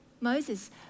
Moses